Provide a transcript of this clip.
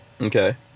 okay